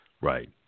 Right